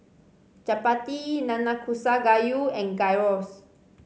Chapati Nanakusa Gayu and Gyros